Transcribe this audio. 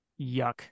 Yuck